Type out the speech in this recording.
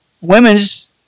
Women's